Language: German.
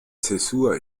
zäsur